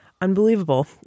unbelievable